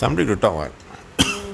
somebody to talk what